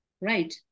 right